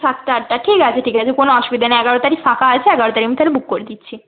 সাতটা আটটা ঠিক আছে ঠিক আছে কোনো অসুবিধা নেই এগারো তারিখ ফাঁকা আছে এগারো তারিখ আমি তাহলে বুক করে দিচ্ছি